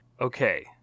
Okay